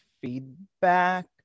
feedback